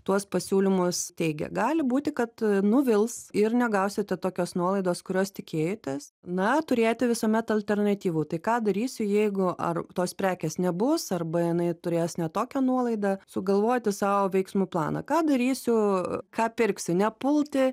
tuos pasiūlymus teigė gali būti kad nuvils ir negausite tokios nuolaidos kurios tikėjotės na turėti visuomet alternatyvų tai ką darysiu jeigu ar tos prekės nebus arba jinai turės ne tokią nuolaidą sugalvoti savo veiksmų planą ką darysiu ką pirksiu nepulti